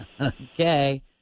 Okay